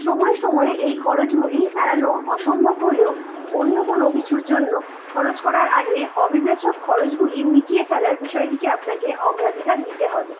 সময়ে সময়ে এই খরচগুলি এড়ানো অসম্ভব হলেও অন্য কোনো কিছুর জন্য খরচ করার আগে অবিবেচক খরচগুলি মিটিয়ে ফেলার বিষয়টিকে আপনাকে অগ্রাধিকার দিতে হবে